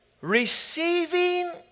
Receiving